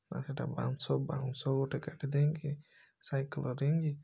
ନା ସେଟା ବାଉଁଶ ବାଉଁଶ ଗୋଟେ କାଟି ଦେଇକି ସାଇକଲ୍ ରିଂଗ୍